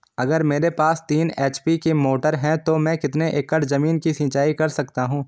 अगर मेरे पास तीन एच.पी की मोटर है तो मैं कितने एकड़ ज़मीन की सिंचाई कर सकता हूँ?